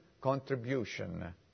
contribution